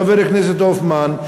חבר הכנסת הופמן,